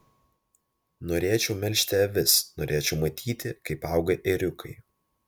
norėčiau melžti avis norėčiau matyti kaip auga ėriukai